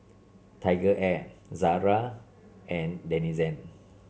TigerAir Zara and Denizen